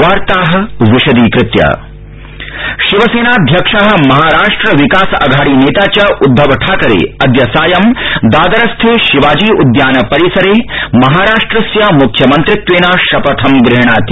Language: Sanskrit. महाराष्टमशपथग्रहणसमारोह शिवसेनाध्यक्ष महाराष्ट्र विकास अघाड़ी नेता च उदधव ठाकरे अदय सायं दादरस्थे शिवाजी उद्यान परिसरे महाराष्ट्रस्य म्ख्यमन्त्रित्वेन शपथं गृहणाति